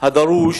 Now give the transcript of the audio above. הדרוש